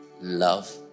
Love